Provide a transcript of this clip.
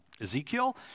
Ezekiel